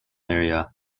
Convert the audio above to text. area